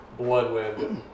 Bloodwind